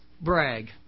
Brag